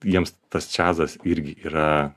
jiems tas čiazas irgi yra